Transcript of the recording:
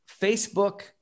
Facebook